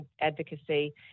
advocacy